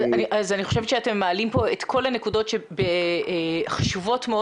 אני חושבת שאתם מעלים פה נקודות חשובות מאוד